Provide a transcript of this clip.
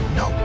no